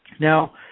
Now